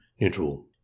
Neutral